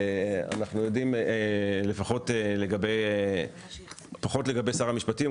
אנחנו יודעים לפחות לגבי שר המשפטים,